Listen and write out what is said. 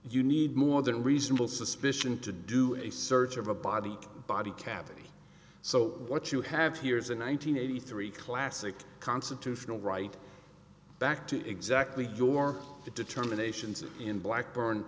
you need more than reasonable suspicion to do a search of a body body cavity so what you have here is a nine hundred eighty three classic constitutional right back to exactly your determinations in blackburn